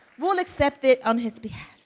we'll accept it on his behalf.